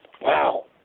Wow